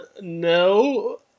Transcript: no